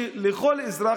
מיתר,